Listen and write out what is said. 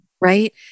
right